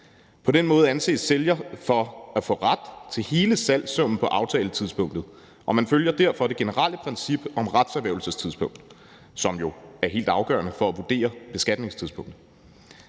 På den måde anses sælger for at få ret til hele salgssummen på aftaletidspunktet, og man følger derfor det generelle princip om retserhvervelsestidspunkt, som jo er helt afgørende for at vurdere beskatningstidspunktet.